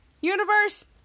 Universe